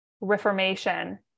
reformation